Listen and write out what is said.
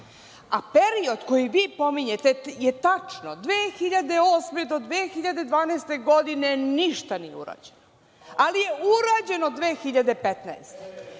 A, period koji vi pominjete je tačno, 2008. do 2012. godine ništa nije urađeno, ali je urađeno 2015.